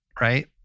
right